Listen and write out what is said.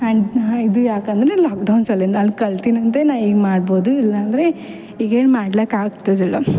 and ಇದು ಯಾಕಂದರೆ lockdown ಸಲ್ಲಿಂದ ಅಲ್ಲಿ ಕಲ್ತಿನಂತೆ ನಾ ಈಗ ಮಾಡ್ಬೋದು ಇಲ್ಲ ಅಂದರೆ ಈಗೇನು ಮಾಡ್ಲಕಾಗ್ತದಿಲ್ಲ